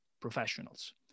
professionals